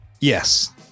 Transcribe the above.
Yes